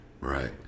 right